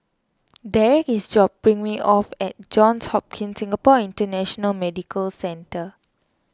Derrek is dropping me off at Johns Hopkins Singapore International Medical Centre